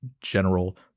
general